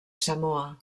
samoa